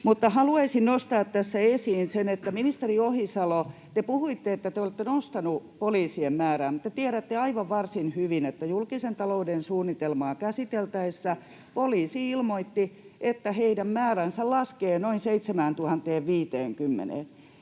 haluaisin nostaa tässä esiin sen, ministeri Ohisalo, että te puhuitte, että te olette nostaneet poliisien määrää, mutta te tiedätte aivan varsin hyvin, että julkisen talouden suunnitelmaa käsiteltäessä poliisi ilmoitti, että heidän määränsä laskee noin 7 050:een.